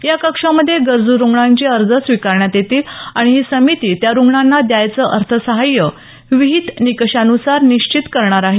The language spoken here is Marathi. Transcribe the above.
या कक्षामध्ये गरजू रुग्णांचे अर्ज स्वीकारण्यात येतील आणि ही समिती त्या रुग्णांना द्यायचं अर्थसहाय्य विहित निकषान्सार निश्चित करणार आहे